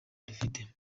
dufite